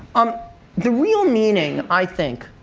um the real meaning, i think,